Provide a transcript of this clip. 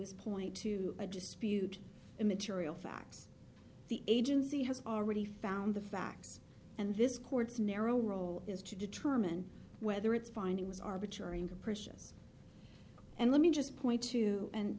is point to a dispute in material facts the agency has already found the facts and this court's narrow role is to determine whether it's finding was arbitrary and capricious and let me just point to and